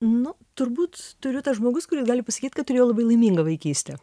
nu turbūt turiu tas žmogus kuris gali pasakyt kad turėjau labai laimingą vaikystę